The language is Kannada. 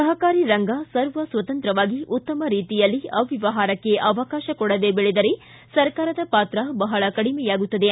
ಸಹಕಾರಿ ರಂಗ ಸರ್ವ ಸ್ವತಂತ್ರ ವಾಗಿ ಉತ್ತಮ ರೀತಿಯಲ್ಲಿ ಅವ್ಯವಹಾರಕ್ಕೆ ಅವಕಾಶ ಕೊಡದೇ ಬೆಳೆದರೆ ಸರ್ಕಾರದ ಪಾತ್ರ ಬಹಳ ಕಡಿಮೆಯಾಗುತ್ತದೆ